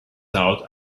out